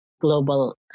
global